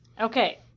okay